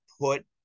put